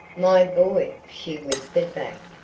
my boy! she whispered back,